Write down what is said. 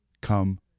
Come